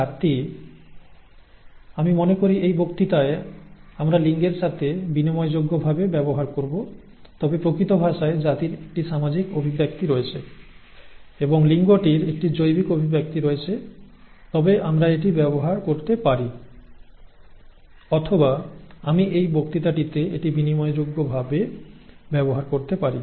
জাতি আমি মনে করি এই বক্তৃতায় আমরা লিঙ্গের সাথে বিনিময়যোগ্য ভাবে ব্যবহার করব তবে প্রকৃত ভাষায় জাতির একটি সামাজিক অভিব্যক্তি রয়েছে এবং লিঙ্গটির একটি জৈবিক অভিব্যক্তি রয়েছে তবে আমরা এটি ব্যবহার করতে পারি অথবা আমি এই বক্তৃতাটিতে এটি বিনিময়যোগ্য ভাবে ব্যবহার করতে পারি